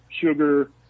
sugar